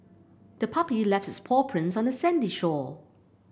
the puppy left its paw prints on the sandy shore